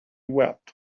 wept